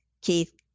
Keith